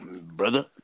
Brother